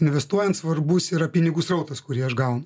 investuojant svarbus yra pinigų srautas kurį aš gaunu